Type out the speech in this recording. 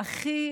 הכי